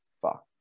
Fuck